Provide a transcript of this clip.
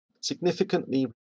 Significantly